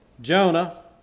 Jonah